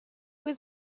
was